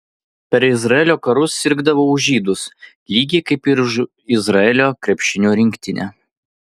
per izraelio karus sirgdavau už žydus lygiai kaip ir už izraelio krepšinio rinktinę